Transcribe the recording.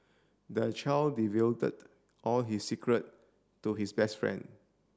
the child all his secret to his best friend